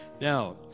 Now